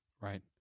right